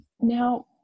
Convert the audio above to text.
now